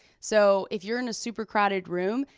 so if you're in a super crowded room,